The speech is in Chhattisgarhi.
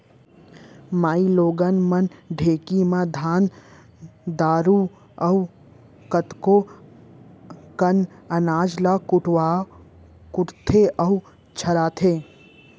माइलोगन मन ढेंकी म धान दार अउ कतको अकन अनाज ल कुटथें अउ छरथें